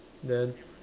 then